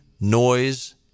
noise